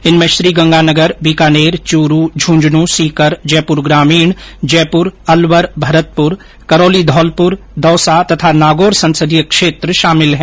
इनमें श्रीगंगानगर बीकानेर चूरू झुंझुंन सीकर जयपुर ग्रामीण जयपुर अलवर भरतपुर करौली धौलपुर दौसा तथा नागौर संसदीय क्षेत्र शामिल हैं